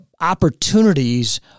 opportunities